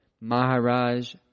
Maharaj